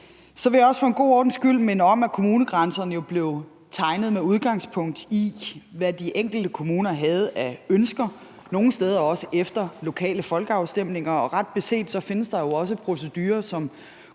Så vil jeg for god ordens skyld også minde om, at kommunegrænserne jo blev tegnet med udgangspunkt i, hvad de enkelte kommuner havde af ønsker, og nogle steder også efter lokale folkeafstemninger, og ret beset findes der jo også procedurer, som